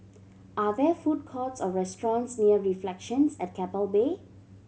are there food courts or restaurants near Reflections at Keppel Bay